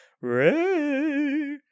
ray